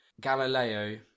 Galileo